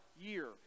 year